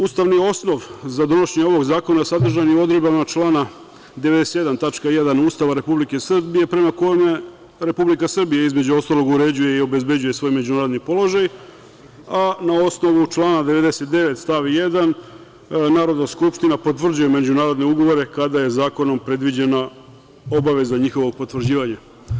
Ustavni osnov za donošenje ovog zakona sadržan je odredbama člana 97. tačka 1. Ustava Republike Srbije, prema kome Republika Srbija, između ostalog, uređuje i obezbeđuje svoj međunarodni položaj, a na osnovu člana 99. stav 1. Narodna skupština potvrđuje međunarodne ugovore kada je zakonom predviđena obaveza njihovog potvrđivanja.